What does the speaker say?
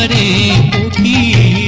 a e